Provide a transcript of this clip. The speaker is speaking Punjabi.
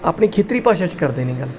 ਆਪਣੀ ਖੇਤਰੀ ਭਾਸ਼ਾ 'ਚ ਕਰਦੇ ਨੇ ਗੱਲ